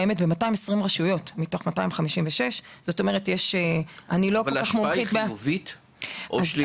התוכנית קיימת ב-220 רשויות מתוך 256. אבל ההשפעה היא חיובית או שלילית?